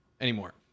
anymore